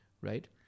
Right